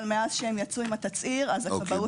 אבל מאז שהם יצאו עם התצהיר הכבאות ירדו.